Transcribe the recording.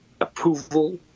approval